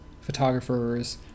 photographers